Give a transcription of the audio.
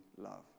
love